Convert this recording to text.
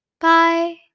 Bye